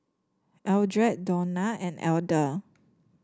Eldred Dawna and Elder